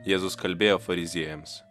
jėzus kalbėjo fariziejams